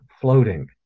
floating